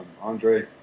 Andre